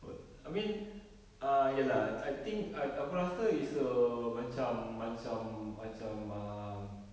oh I mean ah ya lah I think ah aku rasa it's a macam macam macam ah